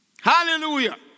Hallelujah